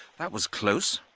that was close,